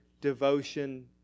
devotion